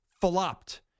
flopped